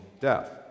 death